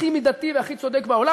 הכי מידתי והכי צודק בעולם.